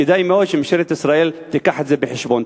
כדאי מאוד שממשלת ישראל תיקח את זה בחשבון.